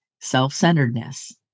self-centeredness